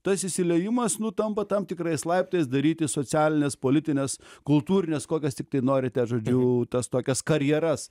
tas įsiliejimas nu tampa tam tikrais laiptais daryti socialines politines kultūrines kokias tiktai norite žodžiu tas tokias karjeras